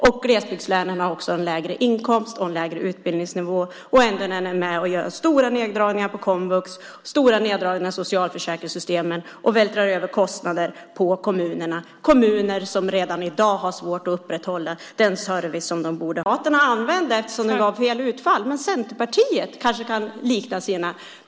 I glesbygdslänen har man också lägre inkomst och lägre utbildningsnivå. Ändå är ni med och gör stora neddragningar på komvux, stora neddragningar i socialförsäkringssystemen och vältrar över kostnader på kommunerna - kommuner som redan i dag har svårt att upprätthålla den service som de borde ha för sina invånare. Jag vet inte hur det här rimmar med er inställning till att hela Sverige ska leva och en regionalpolitik värd namnet.